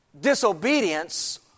disobedience